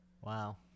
Wow